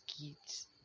kids